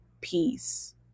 peace